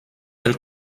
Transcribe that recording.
elle